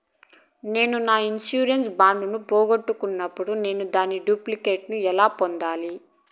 నేను నా insurance bond ను పోగొట్టుకున్నప్పుడు నేను దాని డూప్లికేట్ ను ఎలా పొందాలి?